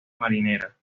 marinera